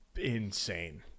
insane